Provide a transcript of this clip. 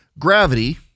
Gravity